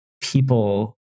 people